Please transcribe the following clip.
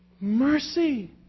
mercy